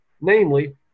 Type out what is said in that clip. namely